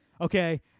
okay